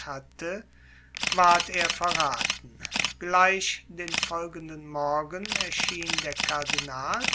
hatte ward er verraten gleich den folgenden morgen erschien der kardinal